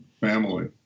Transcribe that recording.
family